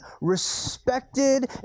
respected